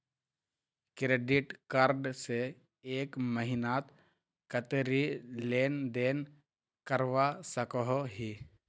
Credit card से एक महीनात कतेरी लेन देन करवा सकोहो ही?